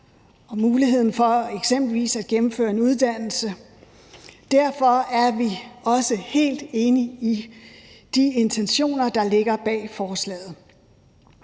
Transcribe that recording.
og muligheden for eksempelvis at gennemføre en uddannelse. Derfor er vi også helt enige i de intentioner, der ligger bag forslaget.